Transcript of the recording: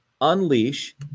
unleash